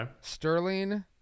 Sterling